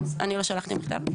אני לא שלחתי מכתב.